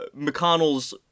McConnell's